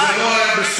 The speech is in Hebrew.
אבל זה לא היה בסוריה,